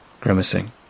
grimacing